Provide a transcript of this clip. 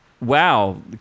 Wow